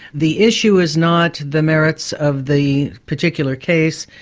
the issue is not the merits of the particular case,